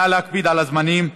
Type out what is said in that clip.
נא להקפיד על הזמנים.